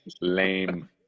lame